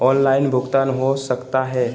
Online भुगतान हो सकता है?